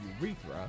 urethra